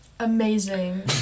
Amazing